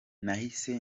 nahise